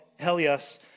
Helios